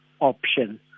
option